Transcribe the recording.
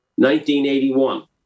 1981